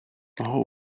mohou